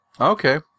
Okay